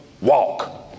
walk